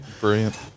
Brilliant